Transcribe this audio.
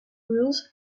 rules